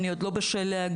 אני עוד לא בשל להגיע,